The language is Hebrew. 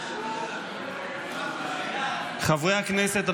חברי הכנסת,